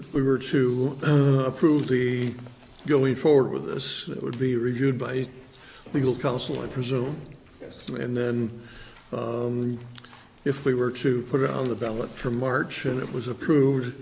if we were to approve the going forward with those that would be reviewed by legal counsel i presume and then if we were to put it on the ballot for march and it was approved